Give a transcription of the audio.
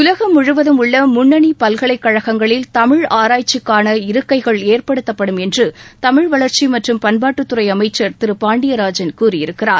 உலக முழுவதும் உள்ள முன்னணி பல்கலைக் கழகங்களில் தமிழ் ஆராய்ச்சிக்கான இருக்கைகள் ஏற்படுத்தப்படும் என்று தமிழ் வளர்ச்சி மற்றும் பண்பாட்டுத் துறை அமைச்சர் திரு பாண்டியராஜன் கூறியிருக்கிறார்